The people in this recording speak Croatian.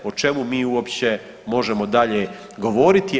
O čemu mi uopće možemo dalje govoriti?